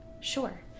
Sure